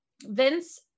Vince